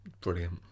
Brilliant